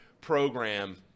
program